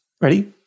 Ready